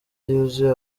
yuzuye